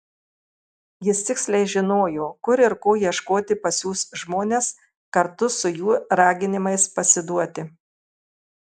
jis tiksliai žinojo kur ir ko ieškoti pasiųs žmones kartu su jų raginimais pasiduoti